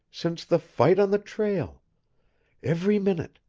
since the fight on the trail every minute,